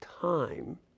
time